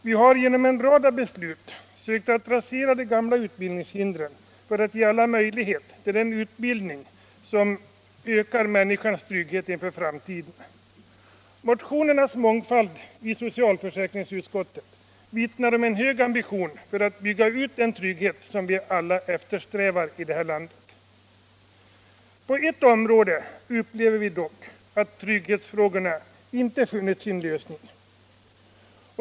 Vi har genom en rad beslut sökt att rasera de gamla utbildningshindren för att bereda alla möjlighet till en utbildning som ökar individens trygghet inför framtiden. Motionernas mångfald i socialförsäkringsutskottet vittnar om hög ambition för att bygga ut den trygghet som vi alla här i landet eftersträvar. På ett område upplever vi dock att trygghetsfrågorna inte har funnit sin lösning.